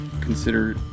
consider